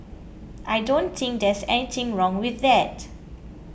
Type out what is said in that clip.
I don't think there's anything wrong with that